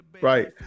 right